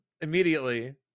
immediately